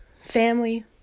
family